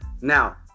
Now